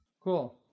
Cool